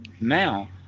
now